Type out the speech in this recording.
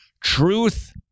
Truth